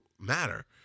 matter